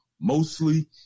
mostly